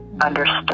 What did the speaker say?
understood